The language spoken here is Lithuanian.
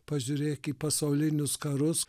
pažiūrėk į pasaulinius karus